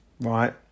right